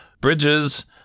bridges